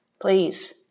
Please